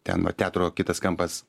ten va teatro kitas kampas